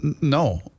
no